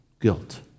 guilt